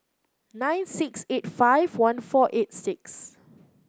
nine six eight five one four eight six